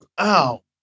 Ow